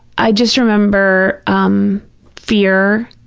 i just remember um fear,